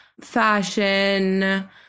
fashion